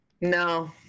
No